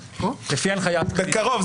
בקרוב,